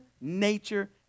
nature